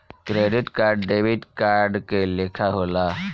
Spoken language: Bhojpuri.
क्रेडिट कार्ड डेबिट कार्ड के लेखा होला